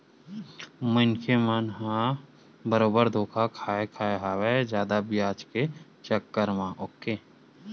मनखे मन ह बरोबर धोखा खाय खाय हवय जादा बियाज के चक्कर म आके